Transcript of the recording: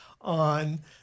on